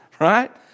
right